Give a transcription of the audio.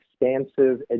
expansive